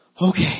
okay